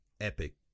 epic